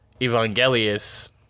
Evangelius